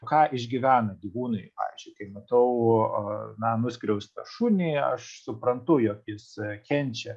ką išgyvena gyvūnai pavyzdžiui kai matau na nuskriaustą šunį aš suprantu jog jis kenčia